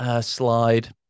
slide